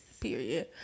Period